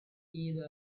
either